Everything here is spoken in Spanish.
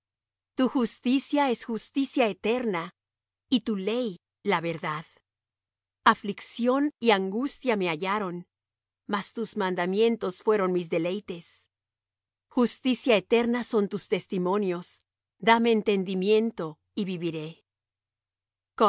tu justicia es justicia eterna y tu ley la verdad aflicción y angustia me hallaron mas tus mandamientos fueron mis deleites justicia eterna son tus testimonios dame entendimiento y viviré